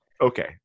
okay